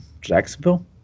Jacksonville